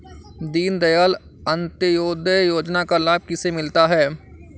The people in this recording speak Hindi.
दीनदयाल अंत्योदय योजना का लाभ किसे मिलता है?